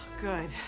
good